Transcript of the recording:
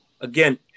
Again